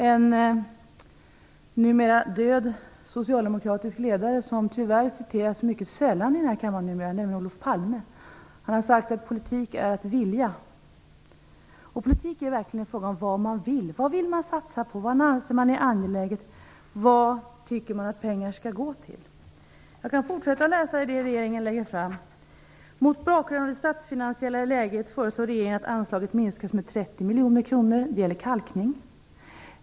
En tidigare socialdemokratisk ledare, som tyvärr citeras mycket sällan här i kammaren numera, nämligen Olof Palme, har sagt att politik är att vilja. Politik är verkligen en fråga om vad man vill. Vad vill man satsa på? Vad anser man vara angeläget? Vad tycker man att pengar skall användas till? Mot bakgrund av det statsfinansiella läget föreslår regeringen vidare att ett anslag skall minskas med 30 miljoner kronor; det gäller kalkning.